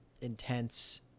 intense